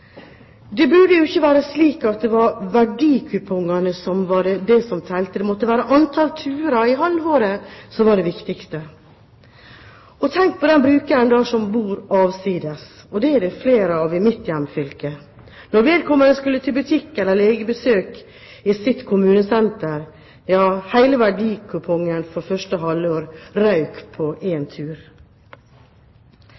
Det burde jo ikke være slik at det var verdikupongene som telte, det måtte være antall turer i halvåret som var det viktigste. Tenk da på den brukeren som bor avsides, og dem er det flere av i mitt hjemfylke: Når vedkommende skulle til butikken eller på legebesøk i sitt kommunesenter, røk hele verdikupongen for første halvår på én tur. Transporttjenesten til jobb og utdanningsinstitusjon burde være en